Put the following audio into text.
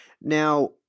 Now